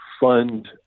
fund